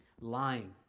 Lying